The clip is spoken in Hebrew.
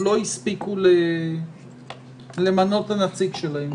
לא הספיקו למנות את הנציג שלהם.